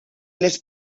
les